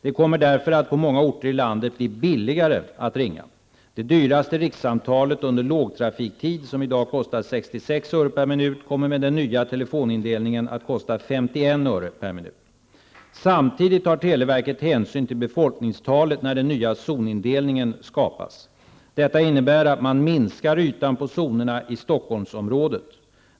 Det kommer därför att på många orter i landet bli billigare att ringa. Det dyraste rikssamtalet under lågtrafiktid som i dag kostar 66 öre per minut kommer med den nya telefonindelningen att kosta 51 öre per minut. Samtidigt tar televerket hänsyn till befolkningstalet när den nya zonindelningen skapas. Detta innebär att man minskar ytan på zonerna i Stockholmsområdet.